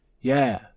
Yeah